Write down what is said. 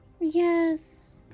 Yes